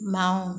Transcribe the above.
বাওঁ